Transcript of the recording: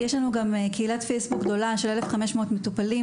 יש לנו גם קהילת פייסבוק גדולה של 1,500 מטופלים,